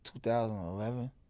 2011